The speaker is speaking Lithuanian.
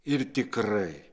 ir tikrai